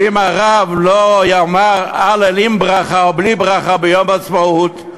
ואם הרב לא יאמר הלל עם ברכה או בלי ברכה ביום העצמאות,